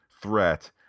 threat